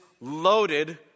loaded